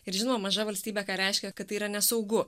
ir žino maža valstybė ką reiškia kad tai yra nesaugu